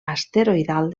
asteroidal